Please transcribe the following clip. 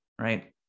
right